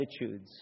attitudes